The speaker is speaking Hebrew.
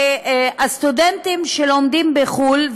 שהסטודנטים שלומדים בחו"ל,